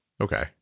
Okay